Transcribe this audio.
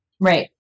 Right